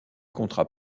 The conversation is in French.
contrat